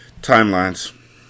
Timelines